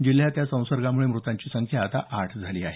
जिल्ह्यात या संसर्गामुळे म्रतांची संख्या आठ झाली आहे